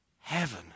heaven